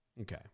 Okay